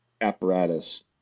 apparatus